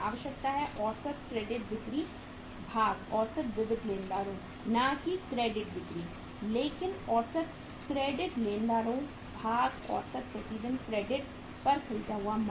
आवश्यकता है औसत क्रेडिट बिक्री भाग औसत विविध लेनदारों ना की क्रेडिट बिक्री लेकिन औसत क्रेडिट लेनदारों भाग औसत प्रतिदिन क्रेडिट पर खरीदा हुआ माल